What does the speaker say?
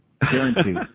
Guaranteed